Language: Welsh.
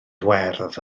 werdd